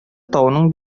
тауның